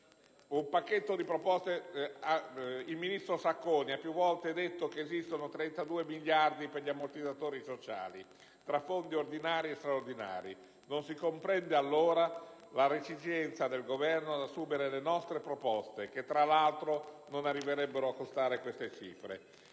Il ministro Sacconi ha più volte detto che esistono 32 miliardi per gli ammortizzatori sociali, tra fondi ordinari e straordinari. Non si comprende allora la reticenza del Governo ad assumere le nostre proposte che, tra l'altro, non arriverebbero a costare queste cifre.